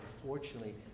unfortunately